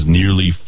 nearly